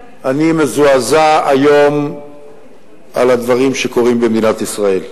אני מזועזע היום מהדברים שקורים במדינת ישראל.